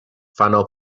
فنا